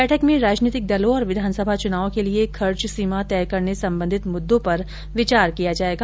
बैठक में राजनीतिक दलों और विघानसभा चुनाव के लिए खर्च सीमा तय करने संबंधित मुद्दों पर विचार किया जाएगा